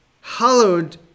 hallowed